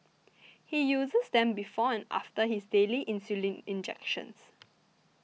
he uses them before and after his daily insulin injections